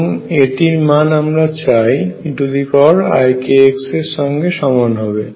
এবং এটি নির্মাণ আমরা চাই eikx এর সঙ্গে সমান হবে